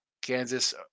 Kansas